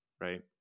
right